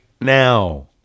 now